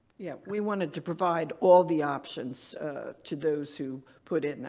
yeah. we wanted to provide all the options to those who put in.